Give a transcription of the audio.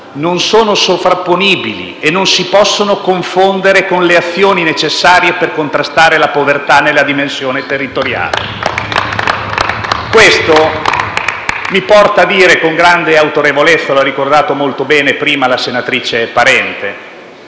non sono sovrapponibili e non si possono confondere con le azioni necessarie per contrastare la povertà nella dimensione territoriale. *(Applausi dal Gruppo PD)*. Questo mi porta a dire con grande autorevolezza - lo ha ricordato molto bene prima la relatrice Parente